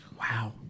Wow